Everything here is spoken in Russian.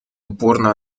упорно